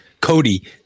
Cody